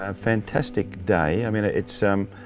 um fantastic day. i mean it's um,